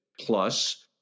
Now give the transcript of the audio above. Plus